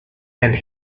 and